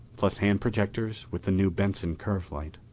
plus hand projectors with the new benson curve light.